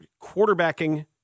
quarterbacking